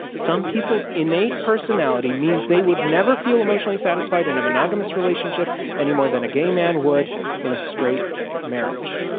some people's innate personality means they would never feel emotionally satisfied in a monogamous relationship any more than a gay man would in a straight marriage.